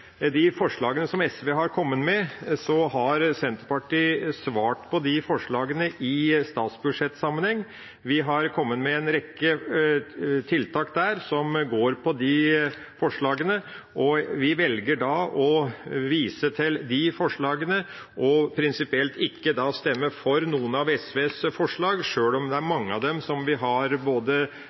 de forslagene som SV har kommet med, har Senterpartiet svart på de forslagene i statsbudsjettsammenheng. Vi har kommet med en rekke tiltak der som går på de forslagene, og vi velger da å vise til dem og prinsipielt ikke stemme for noen av SVs forslag, sjøl om det er mange av dem som vi har både